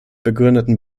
begründeten